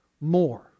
more